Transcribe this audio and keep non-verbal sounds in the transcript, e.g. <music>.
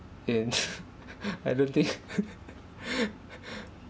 in <laughs> I don't think <laughs>